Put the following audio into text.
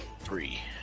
three